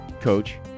coach